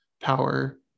power